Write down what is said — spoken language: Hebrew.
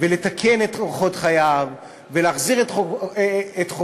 ולתקן את אורחות חייו ולהחזיר את חובו